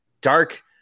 dark